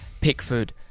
Pickford